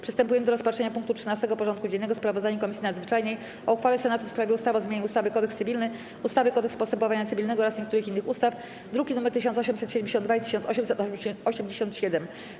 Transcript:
Przystępujemy do rozpatrzenia punktu 13. porządku dziennego: Sprawozdanie Komisji Nadzwyczajnej o uchwale Senatu w sprawie ustawy o zmianie ustawy - Kodeks cywilny, ustawy - Kodeks postępowania cywilnego oraz niektórych innych ustaw (druki nr 1872 i 1887)